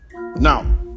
Now